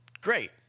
Great